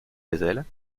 gazelles